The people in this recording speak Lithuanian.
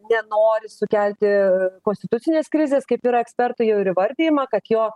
nenori sukelti konstitucinės krizės kaip yra ekspertų jau ir įvardijima kad jo